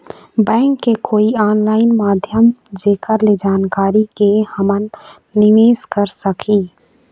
Bank के कोई online माध्यम जेकर से जानकारी के के हमन निवेस कर सकही?